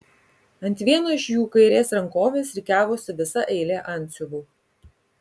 ant vieno iš jų kairės rankovės rikiavosi visa eilė antsiuvų